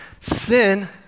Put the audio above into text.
sin